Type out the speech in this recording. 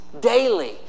Daily